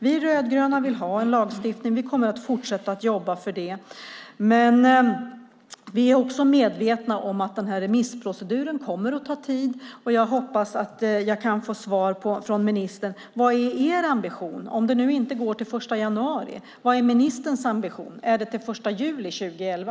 Vi rödgröna vill ha en lagstiftning, och vi kommer att fortsätta att jobba för det. Men vi är också medvetna om att denna remissprocedur kommer att ta tid. Jag hoppas att jag kan få svar från ministern vad som är er ambition. Om detta inte är klart till den 1 januari, vad är då ministerns ambition? Är det att det ska vara klart till den 1 juli 2011?